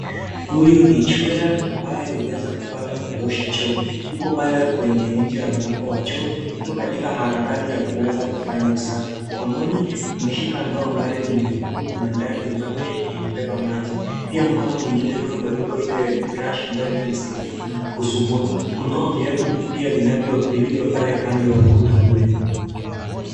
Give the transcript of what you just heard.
Huyu ni chura, ambaye huweza kupata kuosha choo. Yuko pale kwenye inje ya mlango wa choo. Yuko katika harakati ya kuweza kufanya usafi. Mkononi ameshika ndoo ambayo ni nyekundu na ndani imbaki imebeba maji. Pia mkono mwingine ukiwa umebeba ile brush ambayo inamsaidia kusugua. Kunao viatu pia vinavyo, vilivyo pale kando ya ukuta ule.